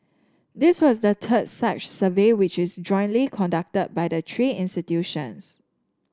this was the third such survey which is jointly conducted by the three institutions